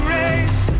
race